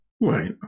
Right